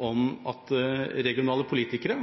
om at regionale politikere